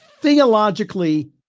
theologically